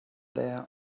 there